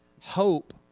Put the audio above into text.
Hope